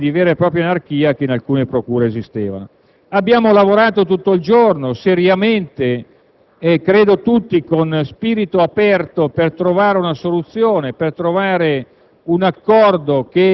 a sanare situazioni di vera e propria anarchia esistenti in alcune procure. Abbiamo lavorato tutto il giorno, seriamente, credo tutti con spirito aperto, per trovare una soluzione, un accordo